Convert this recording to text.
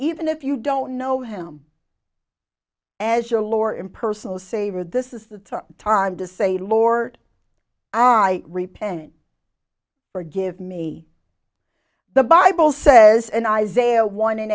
even if you don't know him as your lord and personal savior this is the time to say lord i repent forgive me the bible says and isaiah one